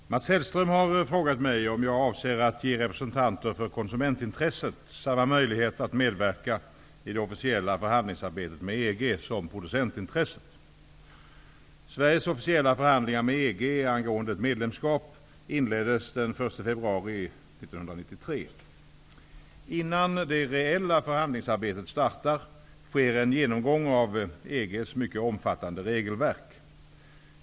Herr talman! Mats Hellström har frågat mig om jag avser att ge representanter för konsumentintresset samma möjlighet att medverka i det officiella förhandlingsarbetet med EG som producentintresset. Sveriges officiella förhandlingar med EG angående ett medlemskap inleddes den 1 februari 1993. Innan det reella förhandlingsarbetet startar sker en genomgång av EG:s mycket omfattande regelverk.